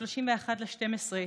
31 בדצמבר,